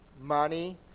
money